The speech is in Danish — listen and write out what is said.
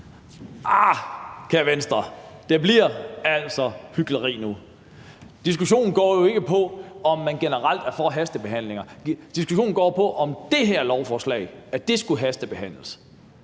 Arh, kære Venstre, det bliver altså hykleri nu. Diskussionen går jo ikke på, om man generelt er for hastebehandlinger; diskussionen går på, om det her lovforslag skulle hastebehandles.